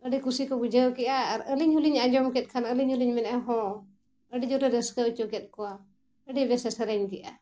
ᱟᱹᱰᱤ ᱠᱩᱥᱤ ᱠᱚ ᱵᱩᱡᱷᱟᱹᱣ ᱠᱮᱜᱼᱟ ᱟᱨ ᱟᱹᱞᱤᱧ ᱦᱚᱸᱞᱤᱧ ᱟᱸᱡᱚᱢ ᱠᱮᱫ ᱠᱷᱟᱱ ᱟᱹᱞᱤᱧ ᱦᱚᱸᱞᱤᱧ ᱢᱮᱱᱮᱜᱼᱟ ᱦᱚᱸ ᱟᱹᱰᱤ ᱡᱳᱨᱮ ᱨᱟᱹᱥᱠᱟᱹ ᱦᱚᱪᱚ ᱠᱮᱫ ᱠᱚᱣᱟ ᱟᱹᱰᱤ ᱵᱮᱥᱮ ᱥᱮᱨᱮᱧ ᱠᱮᱜᱼᱟ